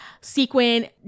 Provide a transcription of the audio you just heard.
sequin